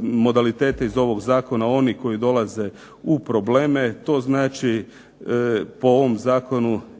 modalitete iz ovog zakona oni koji dolaze u probleme. To znači po ovom zakonu